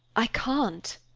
i can't!